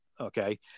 Okay